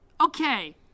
Okay